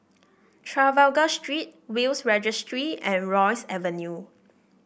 Trafalgar Street Will's Registry and Rosyth Avenue